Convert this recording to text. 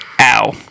Ow